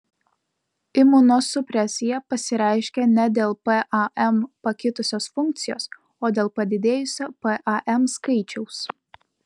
imunosupresija pasireiškia ne dėl pam pakitusios funkcijos o dėl padidėjusio pam skaičiaus